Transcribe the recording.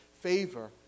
favor